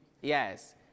Yes